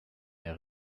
mehr